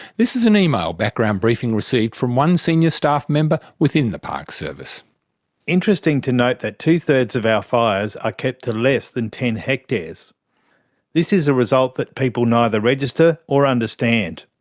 this is an email background briefing received from one senior staff member within the parks service reading interesting to note that two-thirds of our fires are kept to less than ten hectares! this is a result that people neither register or understand.